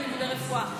בלימודי רפואה.